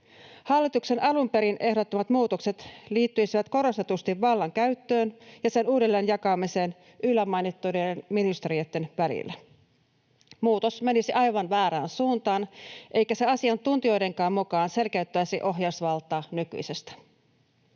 Hallituksen alun perin ehdottamat muutokset liittyisivät korostetusti vallan käyttöön ja sen uudelleenjakamiseen yllä mainittujen ministeriöitten välillä. Muutos menisi aivan väärään suuntaan, eikä se asiantuntijoidenkaan mukaan selkeyttäisi ohjausvaltaa nykyisestä.